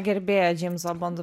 gerbėja džeimso bondo